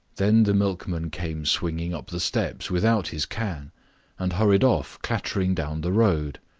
then the milkman came swinging up the steps without his can and hurried off clattering down the road.